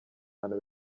abantu